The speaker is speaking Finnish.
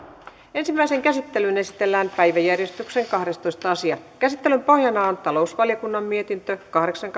ensimmäiseen käsittelyyn esitellään päiväjärjestyksen kahdestoista asia käsittelyn pohjana on talousvaliokunnan mietintö kahdeksan